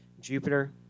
Jupiter